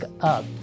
up